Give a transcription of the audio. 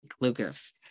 Lucas